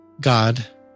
God